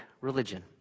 religion